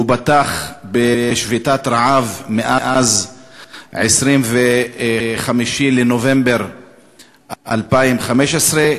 הוא בשביתת רעב מאז 25 בנובמבר 2015,